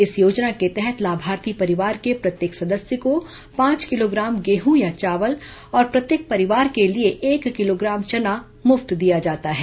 इस योजना के तहत लाभार्थी परिवार के प्रत्येक सदस्य को पांच किलोग्राम गेहूं या चावल और प्रत्येक परिवार के लिए एक किलोग्राम चना मुफ्त दिया जाता है